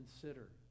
consider